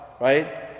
right